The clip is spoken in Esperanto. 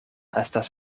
estas